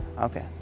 okay